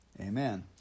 Amen